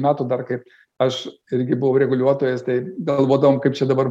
metų dar kaip aš irgi buvau reguliuotojas tai galvodavom kaip čia dabar